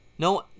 No